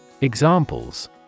Examples